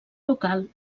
local